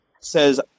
says